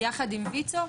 יחד עם ויצ"ו,